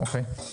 אוקיי.